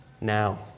now